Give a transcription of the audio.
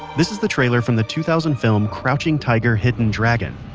this is the trailer from the two thousand film crouching tiger, hidden dragon.